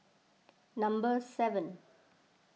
number seven